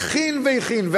והכין והכין,